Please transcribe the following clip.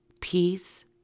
peace